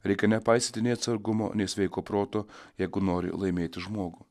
reikia nepaisyti nei atsargumo nei sveiko proto jeigu nori laimėti žmogų